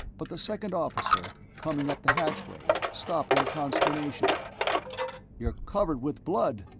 but the second officer, coming up the hatchway, stopped in consternation you're covered with blood!